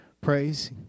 praise